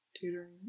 tutoring